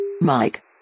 Mike